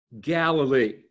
Galilee